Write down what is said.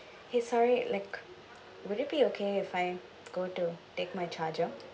!hey! sorry like would it be okay if I go to take my charger